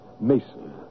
Mason